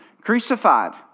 crucified